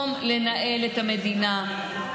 שנמצא עסוק בבית המשפט במקום לנהל את המדינה,